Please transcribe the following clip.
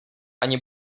ani